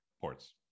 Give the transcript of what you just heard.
ports